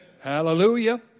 Hallelujah